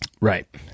Right